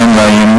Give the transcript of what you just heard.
אין לה אי-אמון.